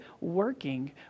working